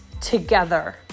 together